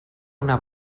una